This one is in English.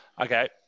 Okay